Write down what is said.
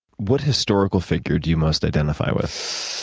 what historical figure do you most identify with?